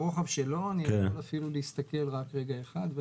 אני אסתכל ואגיד, רק רגע אחד.